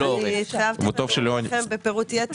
אני התחייבתי לכם בפירוט יתר.